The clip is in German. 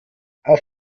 auf